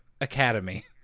academy